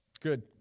Good